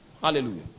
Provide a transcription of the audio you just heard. Hallelujah